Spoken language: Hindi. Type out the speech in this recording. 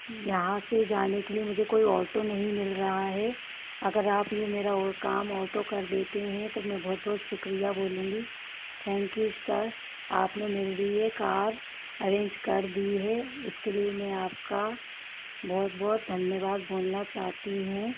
यहाँ से जाने के लिए मुझे कोई ऑटो नहीं मिल रहा है अगर आप ये मेरा काम ऑटो कर देते हैं तो मैं बहुत बहुत शुक्रिया बोलूँगी थैंक यू सर आप ने मेरे लिए कार अरेंज कर दी है उसके लिए मैं आपका बहुत बहुत धन्यवाद बोलना चाहती हूँ